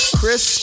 Chris